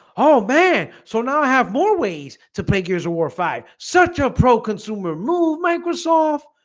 oh, man so now i have more ways to make user war five such a pro consumer move microsoft